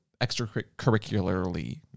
extracurricularly